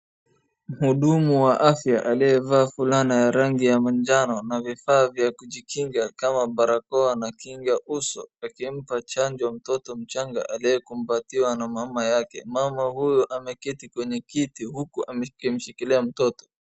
Mhudumu wa afya aliyevaa fulana ya rangi ya manjano na vifaa vya kujikinga kama barakoa na kinga uso akimpa chanjo mtoto mchanga aliyekumbatiwa na mama yake. Mama huyu ameketi kwenye kiti uku amemshikilia mtoto.